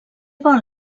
vol